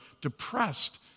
depressed